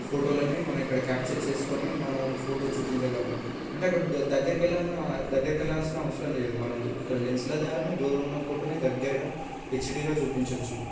ఫోటోలని మనం ఇక్కడ క్యాప్చర్ చేసుకొని మనం ఫోటో చూపించగలం అంటే అక్కడ దగ్గరికి వెళ్ళాల్సిన దగ్గరికి వెళ్ళాల్సిన అవసరం లేదు మనం ఇక్కడ లెన్సుల ద్వారానే దూరంగా ఫోటోని దగ్గరగా హెచ్డీగా చూపించచ్చు